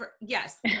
Yes